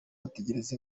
bitegereza